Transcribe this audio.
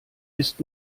ist